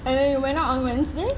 and then you went out on wednesday